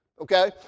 Okay